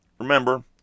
remember